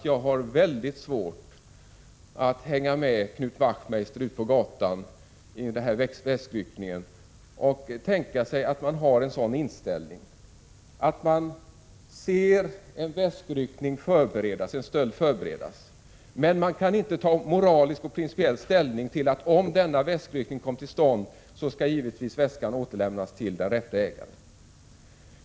Jag har mycket svårt att hänga med i Knut Wachtmeisters resonemang om väskryckningen på gatan och försöka tänka mig hur man kan ha en sådan inställning, dvs. att man ser en stöld förberedas, men inte kan ta moralisk och principiell ställning till att om denna väskryckning kommer till stånd skall väskan givetvis återlämnas till den rätte ägaren.